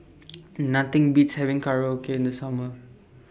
Nothing Beats having Korokke in The Summer